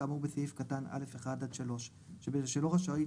כאמור בסעיף קטן א'/1-3 שבשלו רשאית